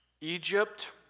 Egypt